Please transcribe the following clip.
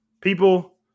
people